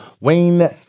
Wayne